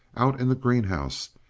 out in the greenhouse,